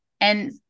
and-